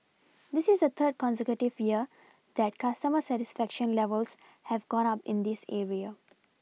this is the third consecutive year that customer satisfaction levels have gone up in this area